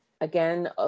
again